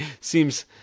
seems